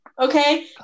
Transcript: Okay